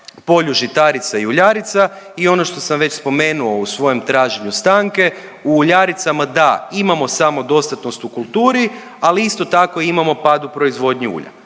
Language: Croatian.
polju žitarica i uljarica i ono što sam već spomenuo u svojem traženju stanke. U uljaricama da, imamo samodostatnost u kulturi, ali isto tako imamo pad u proizvodnji ulja,